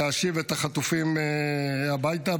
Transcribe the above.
להשיב את החטופים הביתה.